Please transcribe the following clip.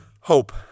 hope